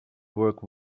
work